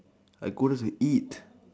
I go there to eat